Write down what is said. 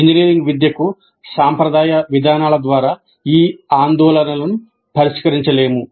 engineering విద్యకు సాంప్రదాయ విధానాల ద్వారా ఈ ఆందోళనలను పరిష్కరించలేము